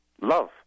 love